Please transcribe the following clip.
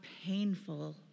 painful